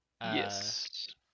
Yes